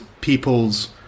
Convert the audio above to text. people's